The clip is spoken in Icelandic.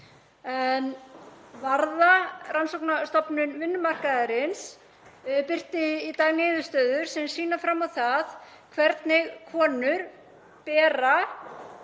Varða, rannsóknastofnun vinnumarkaðarins, birti í dag niðurstöður sem sýna fram á það hvernig konur bera